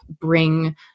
bring